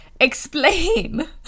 Explain